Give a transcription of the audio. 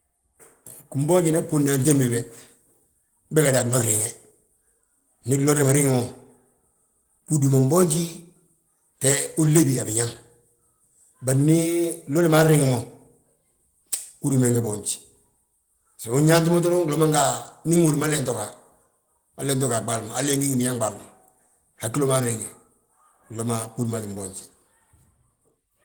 Gimboonjinan bgúudna antimbi be, be gada a glo griŋ; Ndi glodi ma riŋi mo, bgúudi ma mboonji, te unlébi a biñaŋ. Bari ndi glodi maa riŋ mo, bgúudi be nge bboonj so ndu yaanti mo glodi ma nto ndi nŋóodi mo halla into ga, halla into ga a ɓaali ma, halla ingí ngi biñaŋ ɓaali ma, haggilo maa rriŋe, glo ma bgúudi maa ttin boonji.